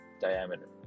diameter